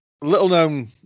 little-known